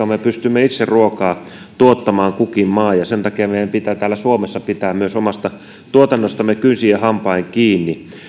me kukin maa pystymme itse ruokaa tuottamaan ja sen takia meidän pitää suomessa myös pitää omasta tuotannostamme kynsin ja hampain kiinni